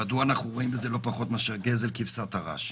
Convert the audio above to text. מדוע אנחנו רואים בזה לא פחות מאשר גזל כבשת הרש,